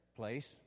place